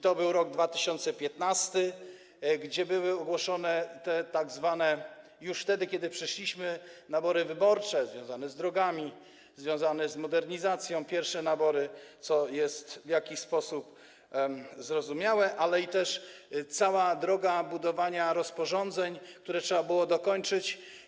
To był rok 2015, kiedy były ogłoszone, już wtedy kiedy przeszliśmy, te tzw. nabory wyborcze związane z drogami, związane z modernizacją, pierwsze nabory, co jest w jakiś sposób zrozumiałe, ale była też cała droga budowania rozporządzeń, które trzeba było dokończyć.